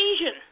Asian